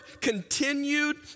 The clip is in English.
continued